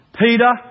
Peter